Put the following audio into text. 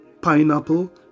pineapple